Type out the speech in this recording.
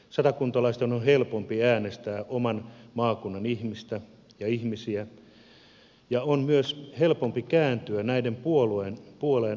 satakuntalaisten on helpompi äänestää oman maakunnan ihmisiä ja on myös helpompi kääntyä näiden puoleen halutessaan